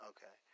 Okay